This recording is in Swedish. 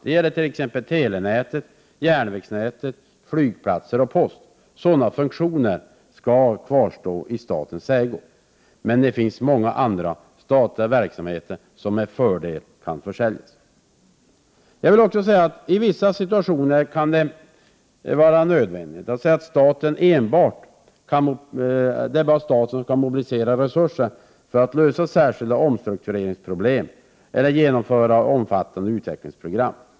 Det gäller t.ex. telenätet, järnvägsnätet, flygplatser och post. Sådana funktioner skall kvarstå i statens ägo. Men det finns många andra statliga verksamheter som med fördel kan försäljas. I vissa situationer kan det vara nödvändigt att säga att endast staten kan mobilisera resurser för att lösa särskilda omstruktureringsproblem eller genomföra omfattande utvecklingsprogram.